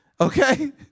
Okay